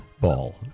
ball